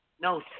No